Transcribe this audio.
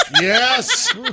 Yes